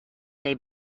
they